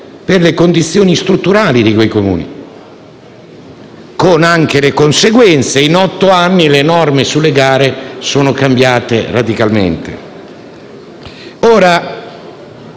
per le condizioni strutturali di quei Comuni, con delle conseguenze: in otto anni le norme sulle gare sono cambiate radicalmente.